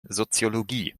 soziologie